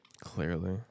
Clearly